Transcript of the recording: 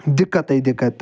دِقتٕے دِقت